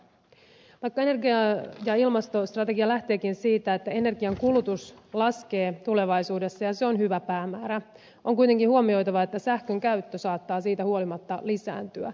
vaikka energia ja ilmastostrategia lähteekin siitä että energian kulutus laskee tulevaisuudessa ja se on hyvä päämäärä on kuitenkin huomioitava että sähkön käyttö saattaa siitä huolimatta lisääntyä